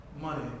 money